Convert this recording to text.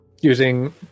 using